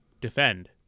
defend